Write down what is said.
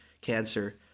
cancer